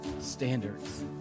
standards